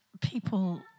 people